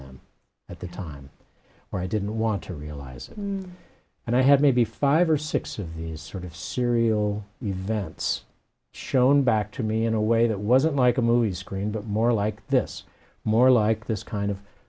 them at the time or i didn't want to realize it and i had maybe five or six of these sort of serial events shown back to me in a way that wasn't like a movie screen but more like this more like this kind of